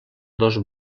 dos